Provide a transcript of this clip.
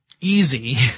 easy